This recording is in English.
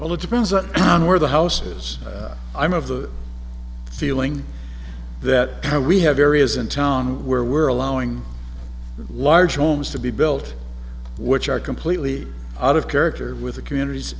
well it depends on where the houses i'm of the feeling that we have areas in town where we're allowing the larger homes to be built which are completely out of character with the communities